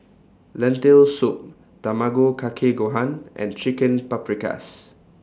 Lentil Soup Tamago Kake Gohan and Chicken Paprikas